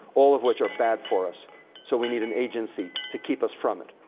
all of which are bad for us so we need an agency to keep us from it.